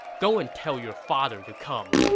go and tell your father to come!